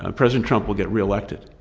ah president trump will get re-elected.